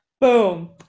Boom